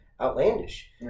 outlandish